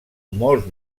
molts